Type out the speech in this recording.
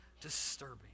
disturbing